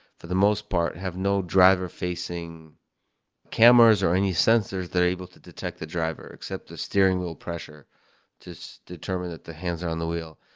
for the most part, have no driver facing cameras or any sensors that are able to detect the driver, except the steering wheel pressure to so determine that the hands are on the wheel.